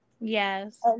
yes